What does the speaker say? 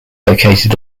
located